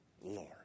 Lord